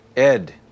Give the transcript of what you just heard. Ed